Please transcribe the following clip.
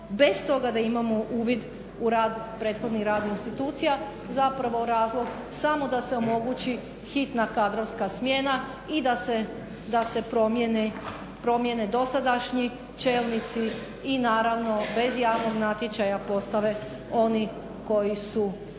bez toga da imamo uvid u rad, prethodni rad institucija. Zapravo razlog samo da se omogući hitna kadrovska smjena i da se promijene dosadašnji čelnici i naravno bez javnog natječaja postave oni koji su